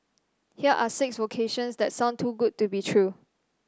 here are six vocations that sound too good to be true